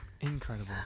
Incredible